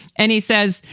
and he says,